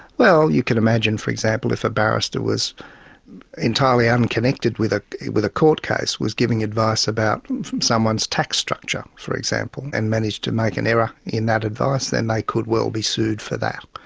well you can imagine for example if a barrister was entirely unconnected with ah with a court case, was giving advice about someone's tax structure for example, and managed to make an error in that advice, then they could well be sued for that.